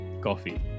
coffee